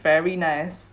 very nice